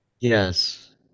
Yes